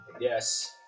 Yes